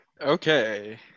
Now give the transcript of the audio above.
Okay